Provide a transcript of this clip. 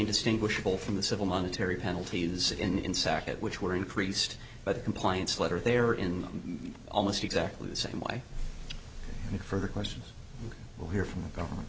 indistinguishable from the civil monetary penalties in sakit which were increased by the compliance letter they are in almost exactly the same way for the question we'll hear from